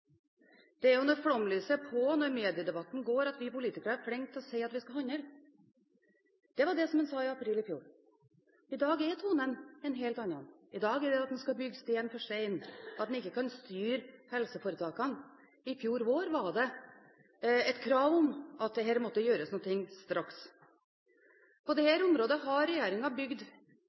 det er når flomlysene er på, når mediedebatten går, at vi politikere er flinke til å si at vi skal handle – det var det en sa i april i fjor. I dag er tonen en helt annen. I dag er det at en skal bygge sten for sten, at en ikke kan styre helseforetakene. I fjor vår var det et krav om at her måtte det gjøres noe straks. På dette området har regjeringen bygd